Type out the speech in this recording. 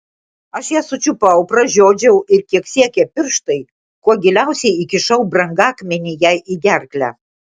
aš ją sučiupau pražiodžiau ir kiek siekė pirštai kuo giliausiai įkišau brangakmenį jai į gerklę